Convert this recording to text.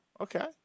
Okay